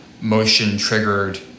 motion-triggered